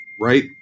right